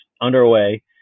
underway